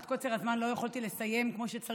מפאת קוצר הזמן לא יכולתי לסיים כמו שצריך,